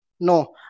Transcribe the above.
No